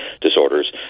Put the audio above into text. Disorders